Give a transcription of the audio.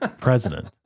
president